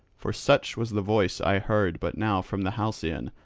for such was the voice i heard but now from the halcyon,